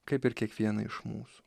kaip ir kiekvieną iš mūsų